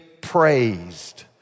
praised